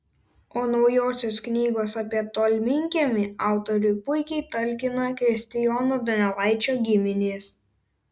o naujosios knygos apie tolminkiemį autoriui puikiai talkina kristijono donelaičio giminės